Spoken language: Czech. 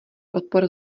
odpor